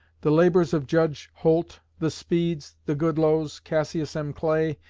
the labors of judge holt, the speeds, the goodloes, cassius m. clay,